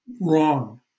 Wrong